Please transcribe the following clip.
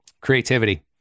Creativity